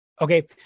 Okay